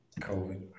COVID